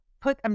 put